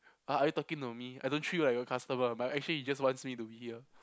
uh are you talking to me I don't treat you like a customer but actually he just wants me to be here